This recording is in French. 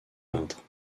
peintre